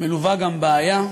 מלוות גם בבעיה,